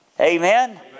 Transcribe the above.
Amen